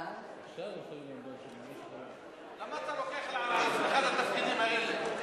למה אתה לוקח על עצמך את התפקידים האלה?